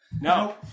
No